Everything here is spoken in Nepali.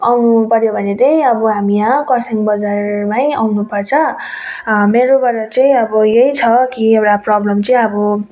आउनु पर्यो भने चाहिँ अब हामी यहाँ कर्सियङ बजारमै आउनुपर्छ मेरोबाट चाहिँ अब यही छ कि एउटा प्रब्लम चाहिँ अब